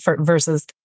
Versus